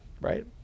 right